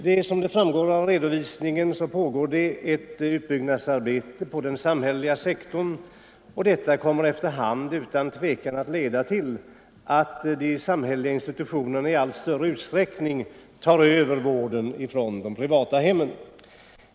Såsom framgår av redovisningen pågår ett utbyggnadsarbete på den samhälleliga sektorn, och detta kommer efter hand utan tvekan att leda till att de samhälleliga institutionerna i allt större utsträckning tar över vården från de privata hemmen.